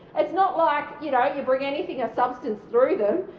it's not like you know you bring anything of substance through them.